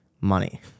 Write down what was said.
money